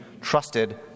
trusted